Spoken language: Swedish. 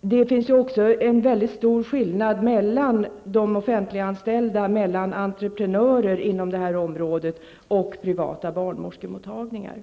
det finns också en mycket stor skillnad mellan de offentliganställda, entreprenörer inom området och privata barnmorskemottagningar.